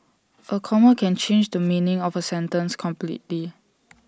A comma can change the meaning of A sentence completely